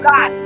God